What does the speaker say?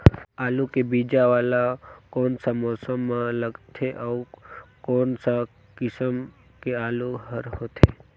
आलू के बीजा वाला कोन सा मौसम म लगथे अउ कोन सा किसम के आलू हर होथे?